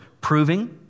proving